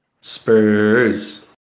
Spurs